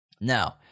Now